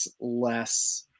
less